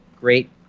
Great